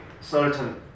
certain